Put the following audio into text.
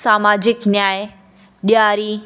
समाजिक न्याय ॾियारी